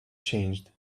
changed